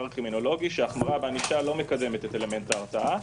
הקרימינולוגי שהחמרת הענישה לא מקדמת את אלמנט ההרתעה.